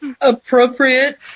appropriate